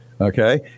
Okay